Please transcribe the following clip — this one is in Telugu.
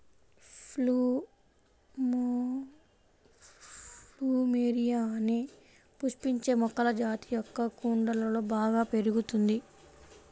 ప్లూమెరియా అనే పుష్పించే మొక్కల జాతి మొక్క కుండలలో బాగా పెరుగుతుంది